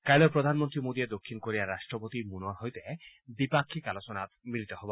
কাইলৈ প্ৰধানমন্ত্ৰী মোদীয়ে দক্ষিণ কোৰিয়াৰ ৰাট্টপতি মুনৰ সৈতে দ্বিপাক্ষিক আলোচনাত মিলিত হ'ব